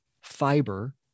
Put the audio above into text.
fiber